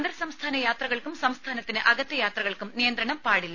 അന്തർ സംസ്ഥാന യാത്രകൾക്കും സംസ്ഥാനത്തിന് അകത്തെ യാത്രകൾക്കും നിയന്ത്രണം പാടില്ല